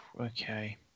okay